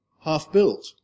half-built